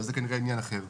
אבל זה כנראה עניין אחר.